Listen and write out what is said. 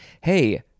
Hey